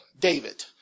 David